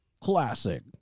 classic